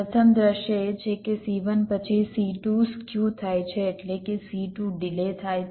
પ્રથમ દૃશ્ય એ છે કે C1 પછી C2 સ્ક્યુ થાય છે એટલે કે C2 ડિલે થાય છે